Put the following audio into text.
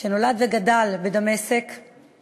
שנולד וגדל במצרים,